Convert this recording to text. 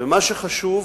ומה שחשוב,